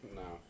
no